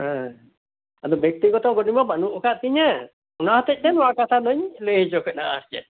ᱦᱮᱸ ᱟᱫᱚ ᱵᱮᱠᱛᱤᱜᱚᱛᱚ ᱜᱟᱹᱰᱤ ᱢᱟ ᱵᱟᱹᱱᱩᱜ ᱠᱟᱜ ᱛᱤᱧᱟ ᱚᱱᱟ ᱦᱚᱛᱮᱛᱼᱛᱮ ᱱᱚᱭᱟ ᱠᱟᱛᱟᱞᱤᱧ ᱞᱟᱹᱭ ᱦᱚᱪᱚᱠᱮᱫᱼᱟ ᱟᱨ ᱪᱮᱫ